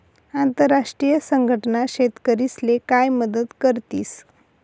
आंतरराष्ट्रीय संघटना शेतकरीस्ले काय मदत करतीस?